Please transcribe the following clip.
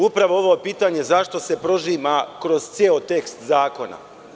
Upravo ovo pitanje koje se prožima kroz ceo tekst zakona.